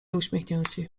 uśmiechnięci